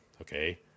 Okay